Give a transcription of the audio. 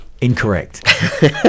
incorrect